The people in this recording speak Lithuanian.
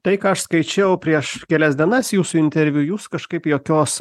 tai ką aš skaičiau prieš kelias dienas jūsų interviu jūs kažkaip jokios